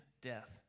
death